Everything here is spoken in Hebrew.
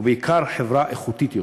ובעיקר חברה איכותית יותר.